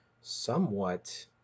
somewhat